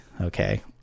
Okay